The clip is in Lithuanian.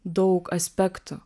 daug aspektų